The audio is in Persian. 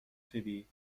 فیبی